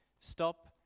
stop